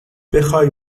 بخوای